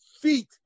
feet